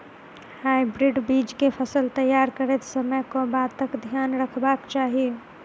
Hybrid बीज केँ फसल तैयार करैत समय कऽ बातक ध्यान रखबाक चाहि?